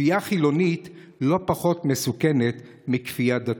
כפייה חילונית לא פחות מסוכנת מכפייה דתית.